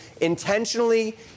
intentionally